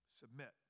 Submit